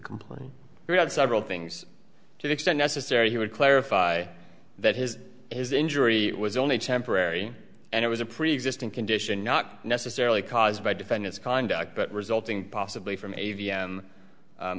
complaint he had several things to extend necessary he would clarify that his his injury was only temporary and it was a preexisting condition not necessarily caused by defendants conduct but resulting possibly from